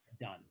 done